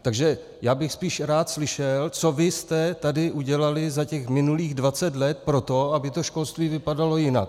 Takže bych spíš rád slyšel, co vy jste tady udělali za těch minulých dvacet let pro to, aby to školství vypadalo jinak.